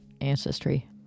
ancestry